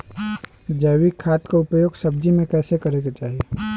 जैविक खाद क उपयोग सब्जी में कैसे करे के चाही?